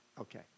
okay